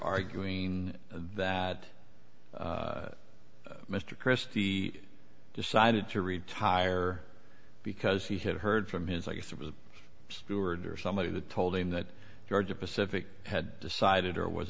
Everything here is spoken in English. arguing that mr christie decided to retire because he had heard from his i guess it was a steward or somebody that told him that georgia pacific had decided or was